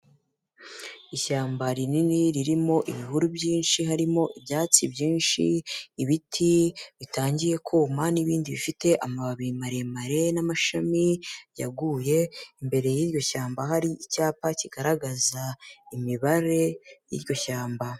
Ishyamba rinini ririmo ibihuru byinshi, harimo ibyatsi byinshi, ibiti bitangiye kuma n'ibindi bifite amababi maremare n'amashami yaguye, imbere y'iryo shyamba hari icyapa kigaragaza imibare y'iryo shyamba.